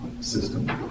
system